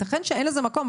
יתכן שאין לזה מקום,